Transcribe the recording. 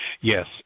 Yes